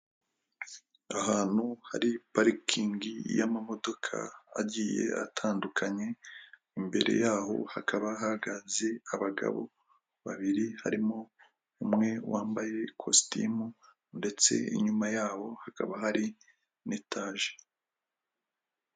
Ahantu hari parikingi y'amamodoka agiye atandukanye, imbere yaho hakaba hahagaze abagabo babiri harimo umwe wambaye kositimu ndetse inyuma yabo hakaba hari n'itaje.